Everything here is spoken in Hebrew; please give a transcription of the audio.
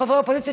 חברי האופוזיציה,